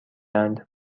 اند